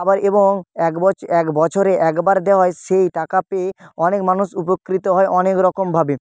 আবার এবং এক বছর এক বছরে একবার দেওয়ায় সেই টাকা পেয়ে অনেক মানুষ উপকৃত হয় অনেকরকমভাবে